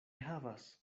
havas